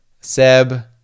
Seb